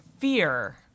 fear